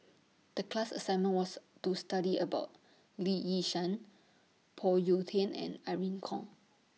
The class assignment was to study about Lee Yi Shyan Phoon Yew Tien and Irene Khong